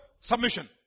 submission